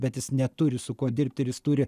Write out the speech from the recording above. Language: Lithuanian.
bet jis neturi su kuo dirbt ir jis turi